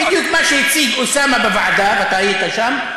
בדיוק מה שהציג אוסאמה בוועדה, ואתה היית שם,